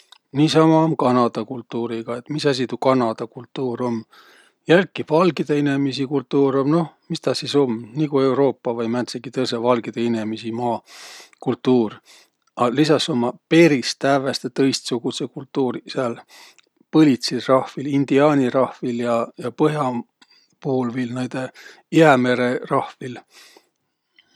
Niisama um Kanada kultuuriga, et misasi tuu Kanada kultuur um? Jälki, valgidõ inemiisi kultuur um, noh, mis tä sis um? Nigu Euruupa vai määntsegi tõisi valgidõ inemiisi maa kultuur. A lisas ummaq peris tävveste tõistsugudsõq kultuuriq sääl põlitsil rahvil, indiaani rahvil ja põh'a puul viil naidõ Ijämere rahvil.